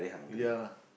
ya